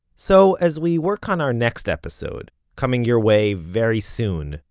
so as we work on our next episode, coming your way very soon,